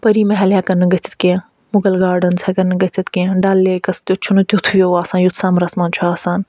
پری محل ہٮ۪کَن نہٕ گٔژھِتھ کیٚنہہ مُغل گاڈنٕز ہٮ۪کَن نہٕ گٔژھِتھ کیٚنہہ ڈَل لیکَس تہِ چھُنہٕ تیُتھ وِو آسان یُتھ سَمرَس منٛز چھُ آسان